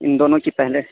ان دونوں کی پہلے